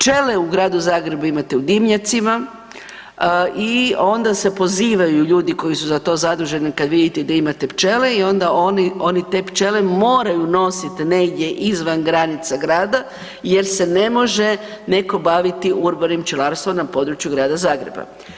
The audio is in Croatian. Pčele u Gradu Zagrebu imate u dimnjacima i onda se pozivaju ljudi koji su za to zaduženi kad vidite da imate pčele i onda oni te pčele moraju nositi negdje izvan granica grada jer se ne može neko baviti urbanim pčelarstvom na području Grada Zagreba.